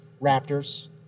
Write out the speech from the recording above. Raptors